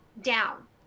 down